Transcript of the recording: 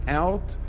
out